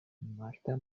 marta